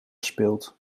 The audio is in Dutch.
speelt